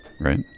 Right